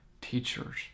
teachers